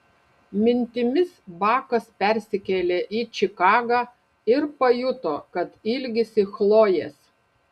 mintimis bakas persikėlė į čikagą ir pajuto kad ilgisi chlojės